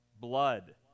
blood